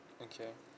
okay